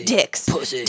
Dicks